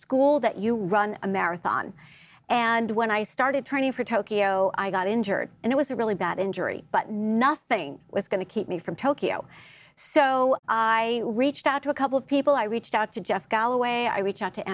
school that you run a marathon and when i started training for tokyo i got injured and it was a really bad injury but nothing was going to keep me from tokyo so i reached out to a couple of people i reached out to jeff galloway i reach out to